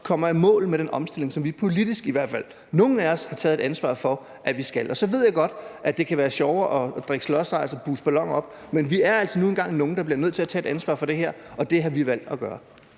kommer i mål med den omstilling, som vi politisk – i hvert fald nogle af os – har taget ansvar for at vi skal. Så ved jeg godt, at det kan være sjovere at drikke slushice og puste balloner op, men vi er altså nu engang nogle, der bliver nødt til tage et ansvar for det her, og det har vi valgt at gøre.